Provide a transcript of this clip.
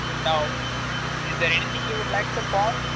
now is there anything you'd like to pawn?